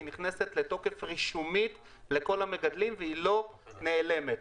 היא נכנסת לתוקף רישומי לכל המגדלים והיא לא נעלמת.